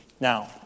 Now